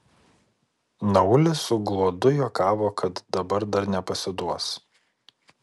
naulis su gluodu juokavo kad dabar dar nepasiduos